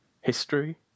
history